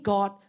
God